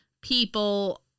People